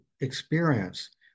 experience